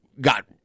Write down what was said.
got